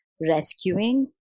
rescuing